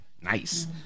Nice